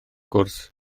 gwrs